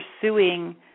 pursuing